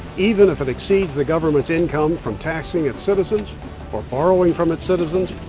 even if it exceeds the government's income from taxing its citizens or borrowing from its citizens,